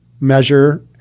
measure